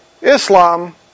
Islam